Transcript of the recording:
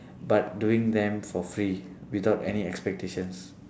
but doing them for free without any expectations